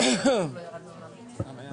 13:00.